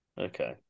Okay